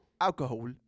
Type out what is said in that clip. Alcohol